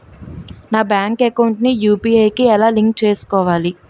నా bank account ని UPI కి ఎలా లింక్ చేసుకోవాలి?